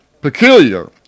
peculiar